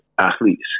athletes